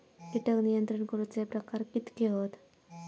कीटक नियंत्रण करूचे प्रकार कितके हत?